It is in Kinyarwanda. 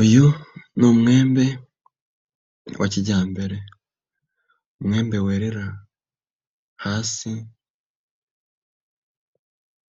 Uyu ni umwembe, wa kijyambere. Umwembe werera, hasi,